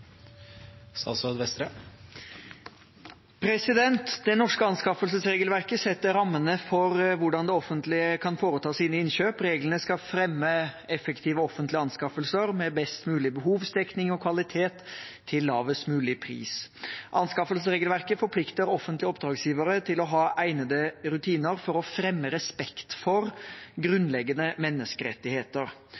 Det norske anskaffelsesregelverket setter rammene for hvordan det offentlige kan foreta sine innkjøp. Reglene skal fremme effektive offentlige anskaffelser, med best mulig behovsdekning og kvalitet til lavest mulig pris. Anskaffelsesregelverket forplikter offentlige oppdragsgivere til å ha egnede rutiner for å fremme respekt for